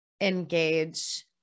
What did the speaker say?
engage